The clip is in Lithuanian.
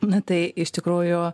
na tai iš tikrųjų